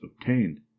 obtained